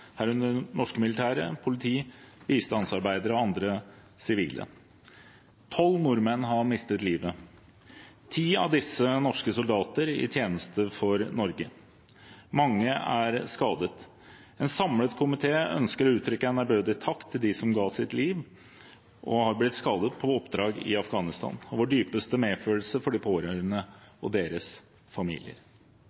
herunder norske militære, politi, bistandsarbeidere og andre sivile. Tolv nordmenn har mistet livet, ti av disse var norske soldater i tjeneste for Norge. Mange er skadet. En samlet komité ønsker å uttrykke en ærbødig takk til dem som ga sitt liv – eller som har blitt skadet – på oppdrag i Afghanistan, og vår dypeste medfølelse med de pårørende